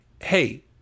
Hey